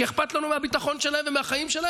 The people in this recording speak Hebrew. כי אכפת לנו מהביטחון שלהם ומהחיים שלהם